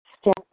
Step